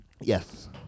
Yes